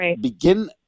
begin